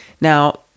Now